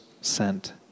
sent